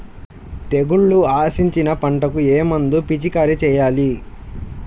తెగుళ్లు ఆశించిన పంటలకు ఏ మందు పిచికారీ చేయాలి?